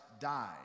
died